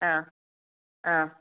ஆ ஆ